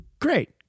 Great